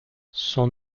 son